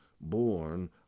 born